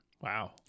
Wow